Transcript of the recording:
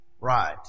Right